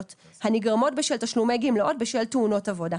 הנגרמות בשל תשלומי גמלאות בשל תאונות עבודה".